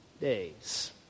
days